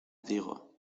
digo